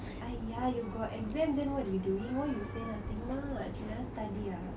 !aiya! you got exam then what you doing why you say nothing much you never study ah